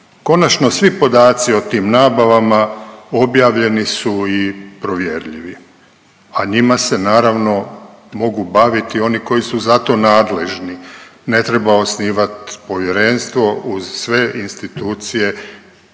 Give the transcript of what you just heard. Konačno, svi podaci o tim nabavama, objavljeni su i provjerljivi. A njima se, naravno, mogu baviti oni koji su za to nadležni, ne treba osnivati povjerenstvo uz sve institucije